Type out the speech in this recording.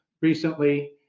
recently